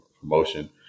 promotion